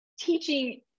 teaching